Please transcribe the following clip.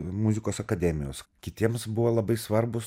muzikos akademijos kitiems buvo labai svarbūs